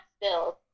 bills